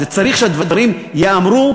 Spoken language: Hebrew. צריך שהדברים ייאמרו,